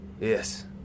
Yes